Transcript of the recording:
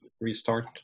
Restart